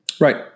Right